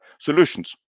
solutions